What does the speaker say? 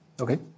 Okay